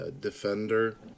defender